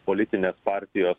politinės partijos